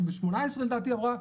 אמרה לדעתי: